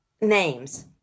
names